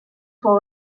fou